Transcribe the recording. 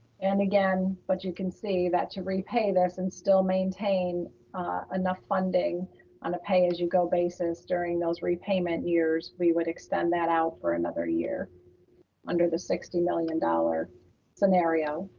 and again, but you can see that to repay this and still maintain enough funding on a pay as you go basis during those repayment years, we would extend that out for another year under the sixty million dollars scenario.